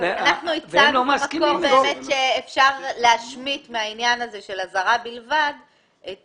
אנחנו הצענו שאפשר להשמיט מהעניין הזה של אזהרה בלבד את